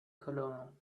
colonel